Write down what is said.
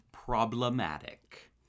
problematic